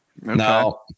Now